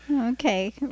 Okay